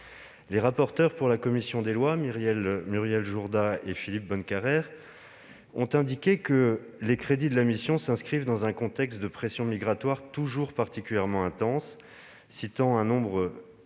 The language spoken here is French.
Les rapporteurs pour avis de la commission des lois, Muriel Jourda et Philippe Bonnecarrère, ont indiqué que « les crédits de la mission s'inscrivent dans un contexte de pression migratoire toujours particulièrement intense », citant un nombre « record